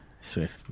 swift